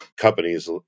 companies